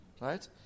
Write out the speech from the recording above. Right